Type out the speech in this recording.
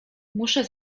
muszę